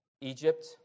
Egypt